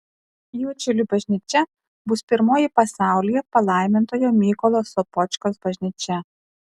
juodšilių bažnyčia bus pirmoji pasaulyje palaimintojo mykolo sopočkos bažnyčia